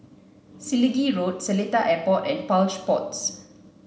Selegie Road Seletar Airport and Plush Pods